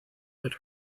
had